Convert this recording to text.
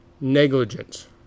negligence